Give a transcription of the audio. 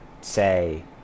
say